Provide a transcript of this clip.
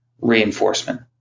reinforcement